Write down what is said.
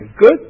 good